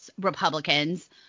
Republicans